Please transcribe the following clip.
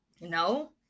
No